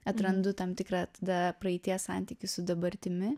atrandu tam tikrą tada praeities santykį su dabartimi